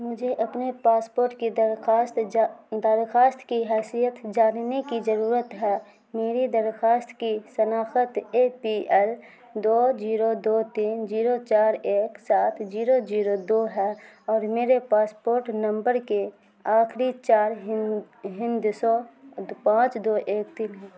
مجھے اپنے پاسپورٹ کی درخواست درخواست کی حیثیت جاننے کی ضرورت ہے میری درخواست کی شناخت اے پی ایل دو زیرو دو تین زیرو چار ایک سات زیرو زیرو دو ہے اور میرے پاسپورٹ نمبر کے آخری چار ہند ہندسو پانچ دو ایک تین ہے